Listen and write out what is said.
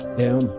down